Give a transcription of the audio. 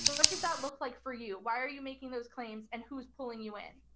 but what does that look like for you? why are you making those claims and who is pulling you in?